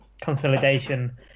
consolidation